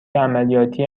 عملیاتی